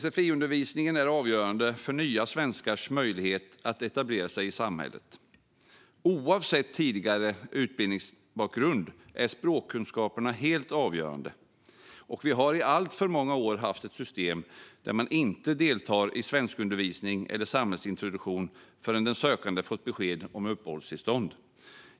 Sfi-undervisningen är avgörande för nya svenskars möjlighet att etablera sig i samhället. Oavsett tidigare utbildningsbakgrund är språkkunskaperna helt avgörande. Vi har i alltför många år haft ett system där man inte deltar i svenskundervisning eller samhällsintroduktion förrän den sökande fått besked om uppehållstillstånd.